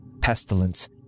pestilence